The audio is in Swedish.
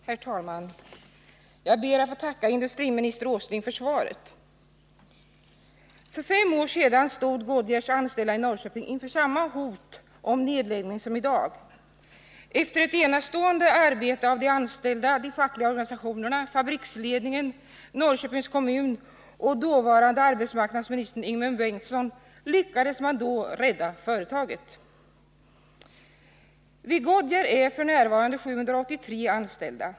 Herr talman! Jag ber att få tacka industriminister Åsling för svaret. För fem år sedan stod Goodyears anställda i Norrköping inför samma hot om nedläggning som i dag. Efter ett enastående arbete av de anställda, de fackliga organisationerna, fabriksledningen, Norrköpings kommun och dåvarande arbetsmarknadsministern Ingemund Bengtsson lyckades man då rädda företaget. Vid Goodyear är f. n. 783 anställda.